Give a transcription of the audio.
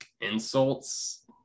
insults